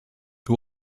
who